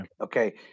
okay